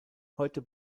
heute